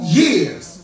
years